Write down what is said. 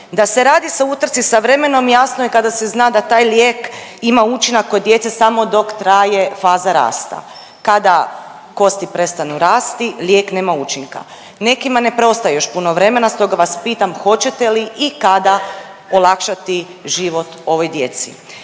Da se radi sa utrci sa vremenom jasno je kada se zna da taj lijek ima učinak kod djece samo dok traje faza rasta, kada kosti prestanu rasti lijek nema učinka. Nekima ne preostaje još puno vremena stoga vas pitam hoćete li i kada olakšati život ovoj djeci?